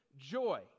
joy